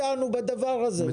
הוא דווקא איתנו בדבר הזה.